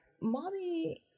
mommy